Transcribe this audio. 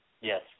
Yes